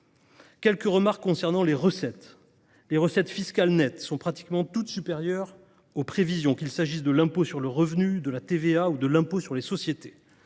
quelques remarques concernant les recettes. Les recettes fiscales nettes sont pratiquement toutes supérieures aux prévisions, qu’il s’agisse de l’impôt sur le revenu, de la TVA ou de l’impôt sur les sociétés.